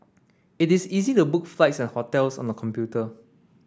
it is easy to book flights and hotels on the computer